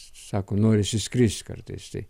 sako norisi skrist kartais taip